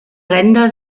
ränder